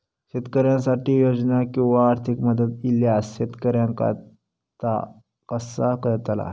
शेतकऱ्यांसाठी योजना किंवा आर्थिक मदत इल्यास शेतकऱ्यांका ता कसा कळतला?